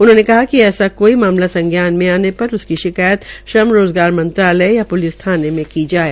उन्होंने कहा कि ऐसा मामला संज्ञान में आने पर उसकी शिकायत श्रम रोज़गार मंत्रालय या प्लिस थाने में की जाये